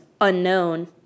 unknown